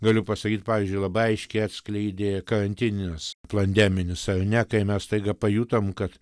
galiu pasakyt pavyzdžiui labai aiškiai atskleidė karantinas pandeminis ar ne kai mes staiga pajutom kad